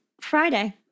Friday